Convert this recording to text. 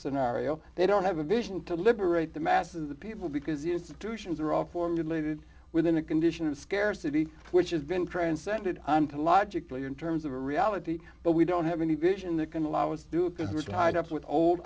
scenario they don't have a vision to liberate the masses of people because the institutions are all formulated within a condition of scarcity which has been transcended and can logically in terms of a reality but we don't have any